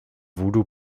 voodoo